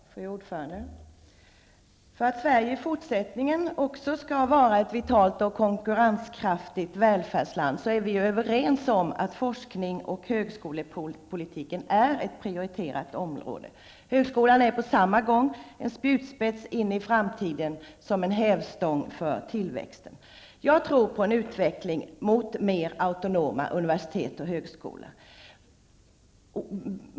Fru talman! För att Sverige också i fortsättningen skall vara ett vitalt och konkurrenskraftigt välfärdsland är vi överens om att forsknings och högskolepolitiken är ett prioriterat område. Högskolan är en spjutspets in i framtiden på samma gång som en hävstång för tillväxten. Jag tror på en utveckling mot mer autonoma universitet och högskolor.